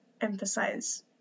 emphasize